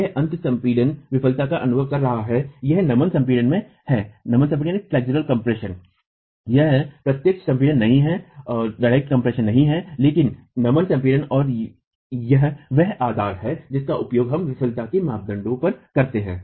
यह अंत स्म्पीदन विफलता का अनुभव कर रहा है यह नमन संपीड़न में है यह प्रत्यक्ष संपीड़न नहीं हैलेकिन नमन संपीडन और यह वह आधार है जिसका उपयोग हम विफलता के मापदंड पर करते हैं